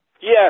Yes